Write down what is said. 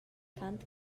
cant